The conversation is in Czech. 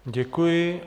Děkuji.